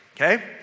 Okay